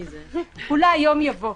אולי, יום יבוא.